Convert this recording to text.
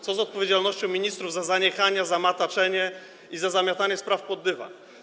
Co z odpowiedzialnością ministrów za zaniechania, mataczenie i zamiatanie spraw pod dywan?